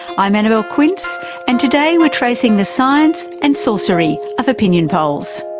i'm annabelle quince and today we're tracing the science and sorcery of opinion polls.